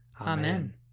Amen